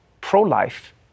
pro-life